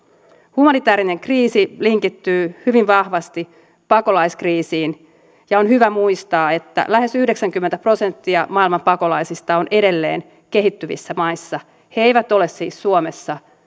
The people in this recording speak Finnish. humanitäärinen kriisi linkittyy hyvin vahvasti pakolaiskriisiin on hyvä muistaa että lähes yhdeksänkymmentä prosenttia maailman pakolaisista on edelleen kehittyvissä maissa he eivät siis ole suomessa